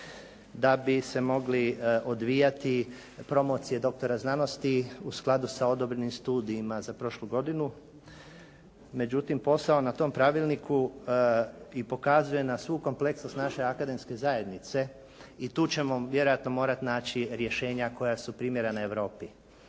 da bi se mogli odvijati promocije doktora znanosti u skladu sa odobrenim studijima za prošlu godinu. Međutim, posao na tom pravilniku i pokazuje na svu kompleksnost naše akademske zajednice i tu ćemo vjerojatno morati naći rješenja koja su primjerena Europi.